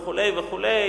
וכו' וכו',